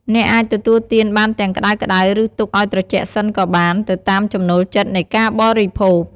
អ្នកអាចទទួលទានបានទាំងក្ដៅៗ ឬទុកឱ្យត្រជាក់សិនក៏បាន ទៅតាមចំណូលចិត្តនៃការបរិភោគ។